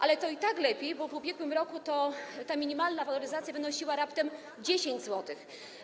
Ale to i tak lepiej, bo w ubiegłym roku ta minimalna waloryzacja wynosiła raptem 10 zł.